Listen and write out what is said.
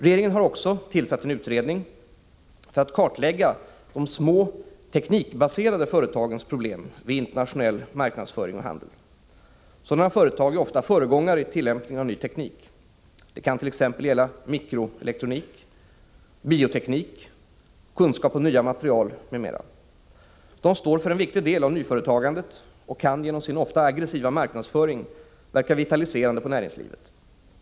Regeringen har också tillsatt en utredning för att kartlägga de små teknikbaserade företagens problem vid internationell marknadsföring och handel. Sådana företag är ofta föregångare i tillämpningen av ny teknik. Det kant.ex. gälla mikroelektronik, bioteknik, kunskap om nya material m.m. De står för en viktig del av nyföretagandet och kan genom sin ofta aggressiva marknadsföring verka vitaliserande på näringslivet.